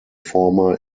former